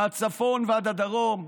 מהצפון ועד הדרום,